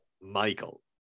Michael